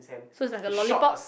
so it's like a lollipop